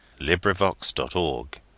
LibriVox.org